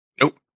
Nope